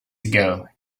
ago